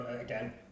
again